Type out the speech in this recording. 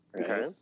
Okay